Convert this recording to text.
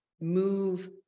move